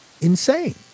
insane